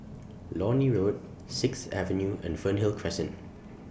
Lornie Road Sixth Avenue and Fernhill Crescent